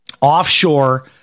offshore